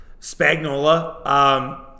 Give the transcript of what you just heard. Spagnola